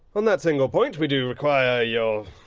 on that single point, we do require, your,